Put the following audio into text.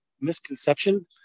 misconception